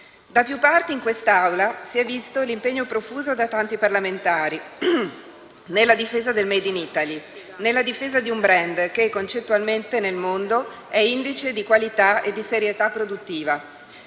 Da più parti in quest'Aula si è visto l'impegno profuso da tanti parlamentari nella difesa del *made in Italy*, nella difesa di un *brand* che, concettualmente, nel mondo è indice di qualità e di serietà produttiva.